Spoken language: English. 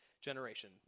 generation